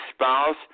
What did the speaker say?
spouse